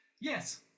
Yes